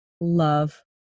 love